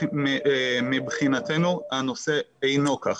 מבחינתנו הנושא אינו כך.